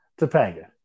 Topanga